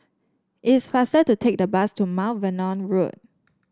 it's faster to take the bus to Mount Vernon Road